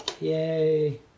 Yay